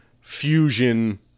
fusion